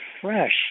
fresh